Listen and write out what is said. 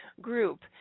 group